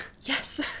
Yes